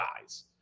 guys